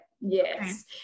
Yes